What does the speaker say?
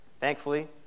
Thankfully